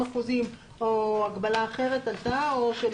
אם להשאיר את ה-30% או הגבלה אחרת עלתה?